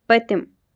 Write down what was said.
پٔتِم